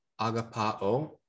agapao